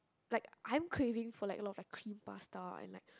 like I'm craving for like a lot of like cream pasta and like